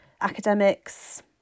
academics